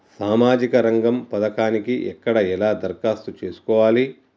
సామాజిక రంగం పథకానికి ఎక్కడ ఎలా దరఖాస్తు చేసుకోవాలి?